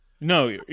No